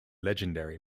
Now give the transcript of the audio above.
legendary